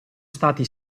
stati